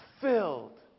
filled